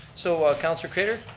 so councillor craitor.